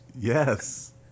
Yes